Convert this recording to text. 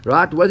Right